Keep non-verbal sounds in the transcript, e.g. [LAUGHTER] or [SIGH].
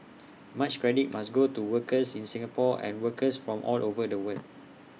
[NOISE] much credit must go to workers in Singapore and workers from all over the world